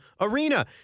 Arena